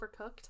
overcooked